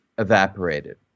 evaporated